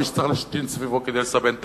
מי שצריך להשתין סביבו כדי לסמן את